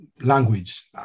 language